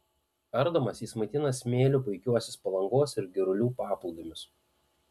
ardomas jis maitina smėliu puikiuosius palangos ir girulių paplūdimius